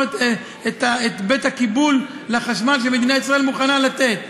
את בית הקיבול לחשמל שמדינת ישראל מוכנה לתת.